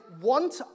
want